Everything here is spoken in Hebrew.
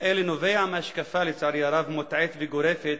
נובעת לצערי הרב, מהשקפה מוטעית וגורפת